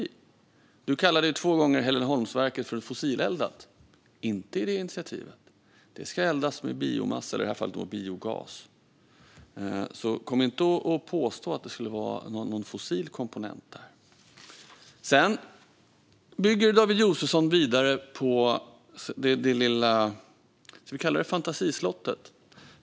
David Josefsson kallade två gånger Heleneholmsverket fossileldat - inte i det initiativet; det ska eldas med biogas. Kom därför inte och påstå att det skulle vara en fossil komponent där. David Josefsson bygger vidare på det lilla, ska vi kalla det, fantasislottet.